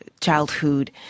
childhood